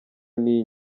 n’iyi